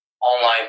online